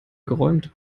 geräumt